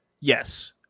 Yes